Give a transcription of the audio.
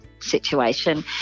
situation